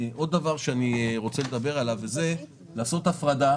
רוצה לדבר עליו, הוא לעשות הפרדה